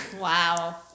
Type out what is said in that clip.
Wow